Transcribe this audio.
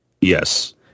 Yes